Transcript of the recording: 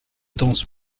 danse